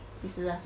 几时啊